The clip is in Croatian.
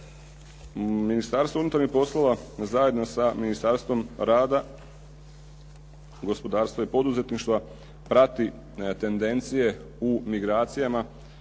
Ministarstvo unutarnjih poslova zajedno sa Ministarstvom rada, gospodarstva i poduzetništva prati tendencije u migracijama